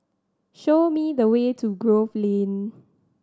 show me the way to Grove Lane